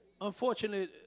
Unfortunately